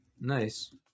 Nice